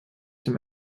dem